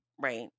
right